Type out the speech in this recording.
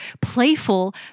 playful